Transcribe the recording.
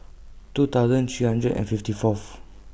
two thousand three hundred and fifty Fourth